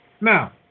Now